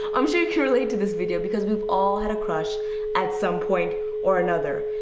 i'm sure you can relate to this video, because we've all had a crush at some point or another.